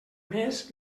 més